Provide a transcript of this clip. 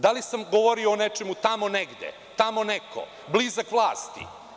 Da li sam govorio o nečemu tamo negde, tamo neko, blizak vlasti?